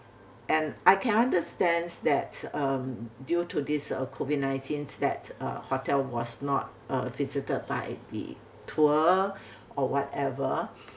and I can understand that I'm due to this uh COVID nineteen that uh hotel was not uh visitor by the tour or whatever